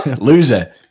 loser